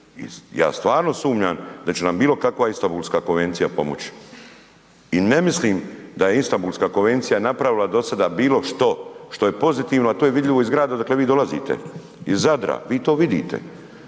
ja stvarno sumnjam da će nam bilo kakva Istambulska konvencija pomoći. I ne mislim da je Istambulska konvencija napravila do sada bilo što što je pozitivno, a to je vidljivo iz grada odakle vi dolazite, iz Zadra, vi to vidite